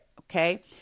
Okay